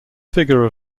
figure